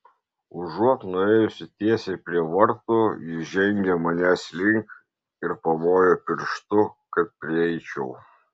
užuot nuėjusi tiesiai prie vartų ji žengė manęs link ir pamojo pirštu kad prieičiau